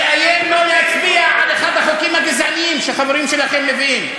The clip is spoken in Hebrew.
תאיים לא להצביע על אחד החוקים הגזעניים שהחברים שלכם מביאים.